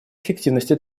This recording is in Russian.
эффективности